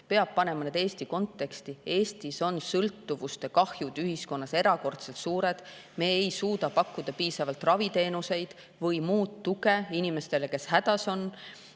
peab panema Eesti konteksti. Eestis on sõltuvuste kahjud ühiskonnas erakordselt suured. Me ei suuda pakkuda piisavalt raviteenuseid või muud tuge inimestele, kes on hädas.